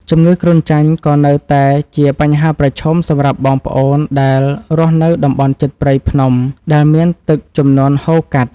ជំងឺគ្រុនចាញ់ក៏នៅតែជាបញ្ហាប្រឈមសម្រាប់បងប្អូនដែលរស់នៅតំបន់ជិតព្រៃភ្នំដែលមានទឹកជំនន់ហូរកាត់។